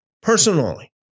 personally